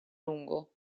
lungo